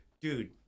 Dude